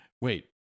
Wait